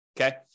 okay